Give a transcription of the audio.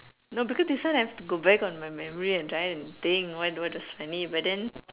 no because this one have to go back on memory and try and think why what was funny but then